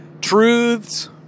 truths